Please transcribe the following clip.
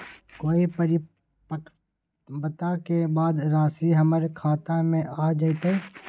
का परिपक्वता के बाद राशि हमर खाता में आ जतई?